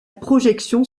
projection